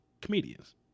comedians